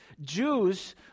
Jews